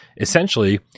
Essentially